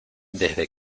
desde